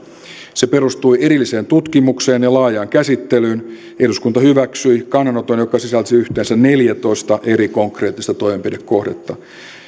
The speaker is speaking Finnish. se perustui erilliseen tutkimukseen ja laajaan käsittelyyn eduskunta hyväksyi kannanoton joka sisälsi yhteensä neljätoista eri konkreettista toimenpidekohdetta